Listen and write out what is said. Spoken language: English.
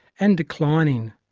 and declining.